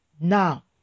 now